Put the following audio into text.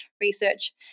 research